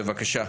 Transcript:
בבקשה.